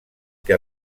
que